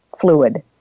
fluid